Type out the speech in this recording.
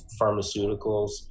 pharmaceuticals